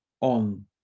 on